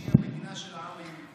שהיא המדינה של העם היהודי?